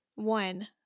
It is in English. One